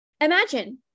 Imagine